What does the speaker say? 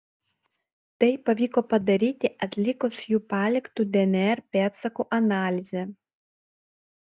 tai pavyko padaryti atlikus jų paliktų dnr pėdsakų analizę